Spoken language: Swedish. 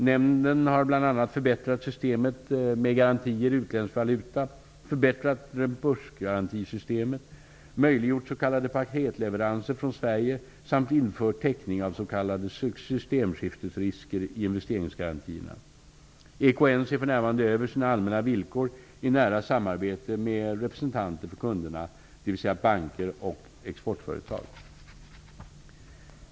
Nämnden har bl.a. förbättrat systemet med garantier i utländsk valuta, förbättrat rembursgarantisystemet, möjliggjort s.k. paketleveranser från Sverige samt infört täckning av s.k. systemskiftesrisker i investeringsgarantierna. EKN ser f.n. över sina allmänna villkor i nära samarbete med representanter för kunderna, dvs. banker och exportföretag.